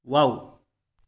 wow